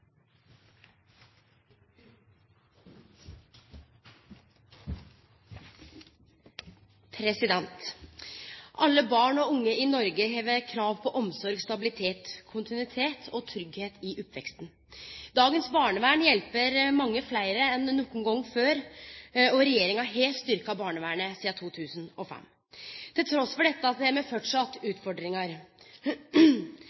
Alle barn og unge i Noreg har krav på omsorg med stabilitet, kontinuitet og tryggleik i oppveksten. Dagens barnevern hjelper mange fleire enn nokon gong før. Regjeringa har styrkt barnevernet sidan 2005. Trass i dette